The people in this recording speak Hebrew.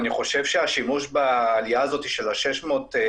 אני חושב שהשימוש בעלייה הזאת של ה-600%